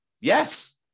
Yes